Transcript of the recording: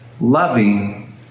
loving